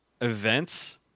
events